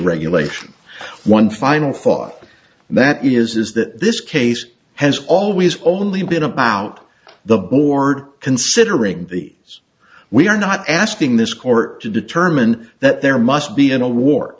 regulation one final thought and that is that this case has always only been about the board considering these we are not asking this court to determine that there must be an awar